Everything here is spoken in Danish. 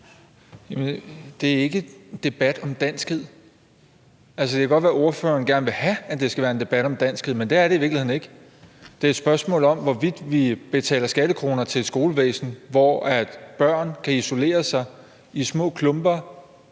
Det er ikke en debat om danskhed. Altså, det kan godt være, ordføreren gerne vil have, at det skal være en debat om danskhed, men det er det i virkeligheden ikke. Det er et spørgsmål om, hvorvidt vi betaler skattekroner til et skolevæsen, hvor børn kan isolere sig i små klumper,